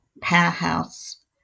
powerhouse